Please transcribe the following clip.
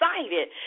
excited